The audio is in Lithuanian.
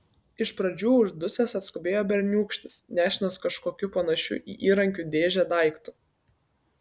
iš pradžių uždusęs atskubėjo berniūkštis nešinas kažkokiu panašiu į įrankių dėžę daiktu